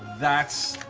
that's